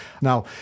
Now